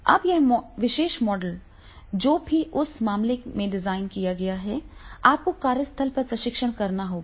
अब यह विशेष मॉडल जो भी उस मामले में डिजाइन किया गया है आपको कार्यस्थल पर परीक्षण करना होगा